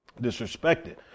disrespected